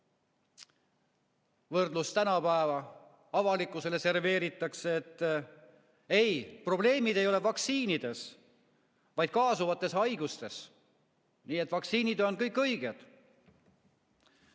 Võrdlus tänapäevaga: avalikkusele serveeritakse, et ei, probleemid ei ole vaktsiinides, vaid kaasuvates haigustes. Nii et vaktsiinid on kõik õiged.